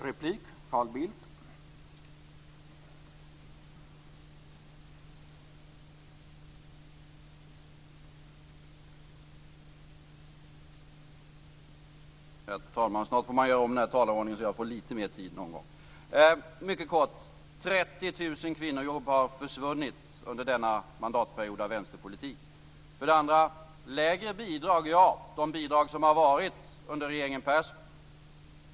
Herr talman! Snart får vi göra om talarordningen så att jag får litet mer tid. 30 000 kvinnojobb har försvunnit under denna mandatperiod av vänsterpolitik. Bidragen under regeringen Persson har varit lägre.